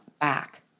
back